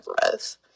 breath